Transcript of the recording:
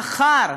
מחר,